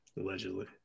Allegedly